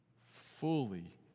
fully